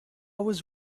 was